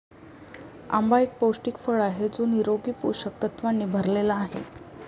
आंबा एक पौष्टिक फळ आहे जो निरोगी पोषक तत्वांनी भरलेला आहे